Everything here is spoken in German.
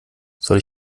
soll